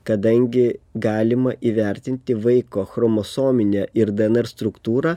kadangi galima įvertinti vaiko chromosominę ir dnr struktūrą